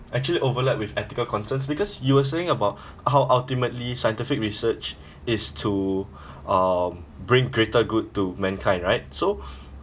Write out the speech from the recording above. actually overlapped with ethical concerns because you were saying about how ultimately scientific research is to um bring greater good to mankind right so